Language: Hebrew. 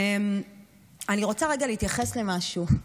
אני רוצה רגע להתייחס למשהו.